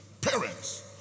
Parents